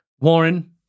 Warren